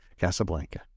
Casablanca